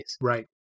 Right